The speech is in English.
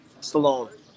Stallone